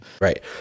right